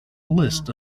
list